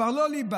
זה כבר לא ליבה,